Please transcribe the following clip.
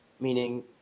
meaning